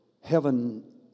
Heaven